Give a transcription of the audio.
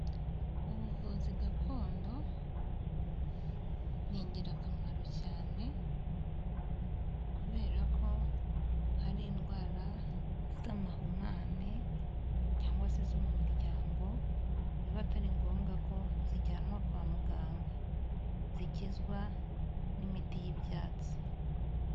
Ubuvuzi gakondo ni ingirakamaro cyane, kubera ko hari indwara z'amahumane, cyangwa se zo mu miryango biba atari ngombwa ko zijyanwa kwa muganga, zikizwa n'imiti y'ibyatsi.